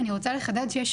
אני רוצה לחדד שיש